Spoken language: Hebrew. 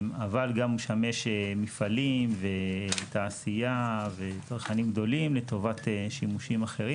אבל גם הוא משמש מפעלים ותעשייה וצרכנים גדולים לטובת שימושים אחרים.